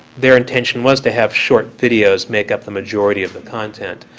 their intention was to have short videos make up the majority of the content.